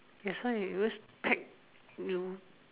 that's why you always pack you